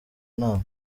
nama